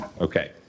Okay